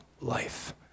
life